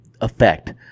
effect